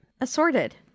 Assorted